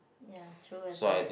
ya true as well